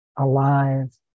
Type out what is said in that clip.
alive